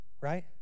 Right